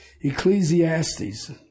Ecclesiastes